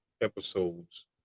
episodes